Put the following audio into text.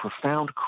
profound